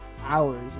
hours